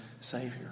savior